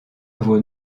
vos